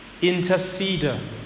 Interceder